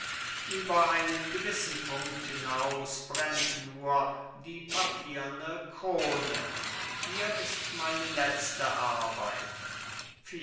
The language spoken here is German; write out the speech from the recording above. über einen gewissen punkt hinaus brennt nur die papierne krone hier ist meine letzte arbeit